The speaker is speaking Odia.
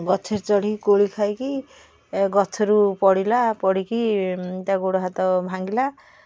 ଗଛରେ ଚଢ଼ିକି କୋଳି ଖାଇକି ଗଛରୁ ପଡ଼ିଲା ପଡ଼ିକି ତା ଗୋଡ଼ ହାତ ଭାଙ୍ଗିଲା